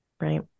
Right